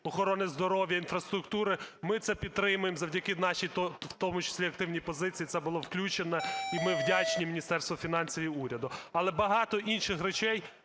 охорони здоров'я, інфраструктури – ми це підтримуємо. Завдяки нашій в тому числі активній позиції це було включено, і ми вдячні Міністерству фінансів і уряду. Але багато інших речей